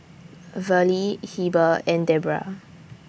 Verlie Heber and Debra